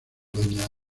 doña